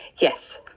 Yes